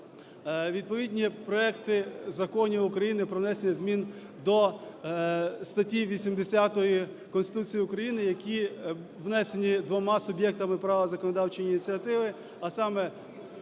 відповідні проекти законів України про внесення змін до статті 80 Конституції України, які внесені двома суб'єктами права законодавчої ініціативи, а саме: